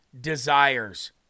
desires